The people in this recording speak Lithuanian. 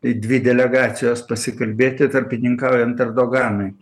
tai dvi delegacijos pasikalbėti tarpininkaujant erdoganui